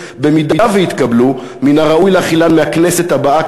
במידה שיתקבלו מן הראוי להחילן מהכנסת הבאה,